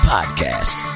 Podcast